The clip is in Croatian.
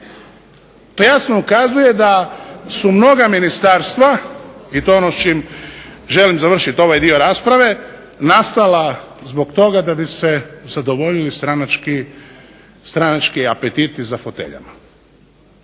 To jasno ukazuje da su mnoga ministarstva i to je ono s čim želim završiti ovaj dio rasprave nastala zbog toga da bi se zadovoljili stranački apetiti za foteljama.